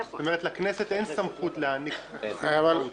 זאת אומרת לכנסת אין סמכות להעניק חסינות מהותית.